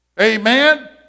Amen